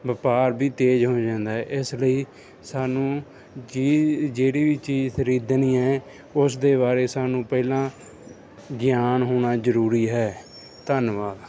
ਵਪਾਰ ਵੀ ਤੇਜ਼ ਹੋ ਜਾਂਦਾ ਹੈ ਇਸ ਲਈ ਸਾਨੂੰ ਜੀ ਜਿਹੜੀ ਵੀ ਚੀਜ਼ ਖਰੀਦਣੀ ਹੈ ਉਸ ਦੇ ਬਾਰੇ ਸਾਨੂੰ ਪਹਿਲਾਂ ਗਿਆਨ ਹੋਣਾ ਜ਼ਰੂਰੀ ਹੈ ਧੰਨਵਾਦ